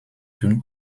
d’une